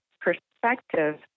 perspective